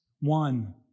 one